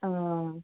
ആ